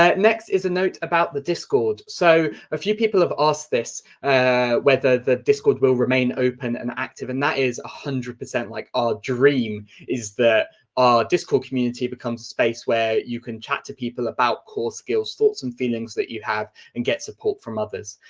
next is a note about the discord. so a few people have asked this whether the discord will remain open and active, and that is one hundred per cent like our dream is that our discord community becomes a space where you can chat to people about core skills, thoughts and feelings that you have and get support from others.